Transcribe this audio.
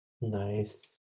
Nice